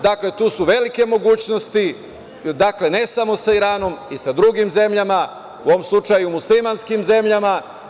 Dakle, tu su velike mogućnosti, dakle, ne samo sa Iranom i sa drugim zemljama, u ovom slučaju muslimanskim zemljama.